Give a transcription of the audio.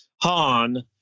han